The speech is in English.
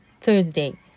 Thursday